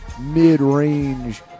mid-range